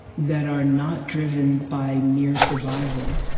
that are not driven by mere survival,